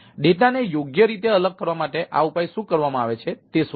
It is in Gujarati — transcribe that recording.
ડેટાને યોગ્ય રીતે અલગ કરવા માટે આ ઉપાય શું કરવામાં આવે છે તે શોધો